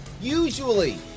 usually